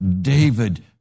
David